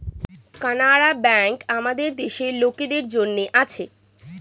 Canara bank আমাদের দেশের লোকদের জন্যে আছে